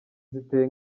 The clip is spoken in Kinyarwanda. ziteye